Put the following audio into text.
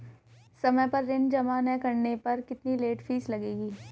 समय पर ऋण जमा न करने पर कितनी लेट फीस लगेगी?